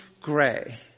gray